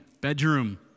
bedroom